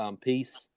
piece